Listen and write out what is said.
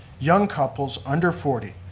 young couples under forty,